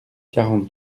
quarante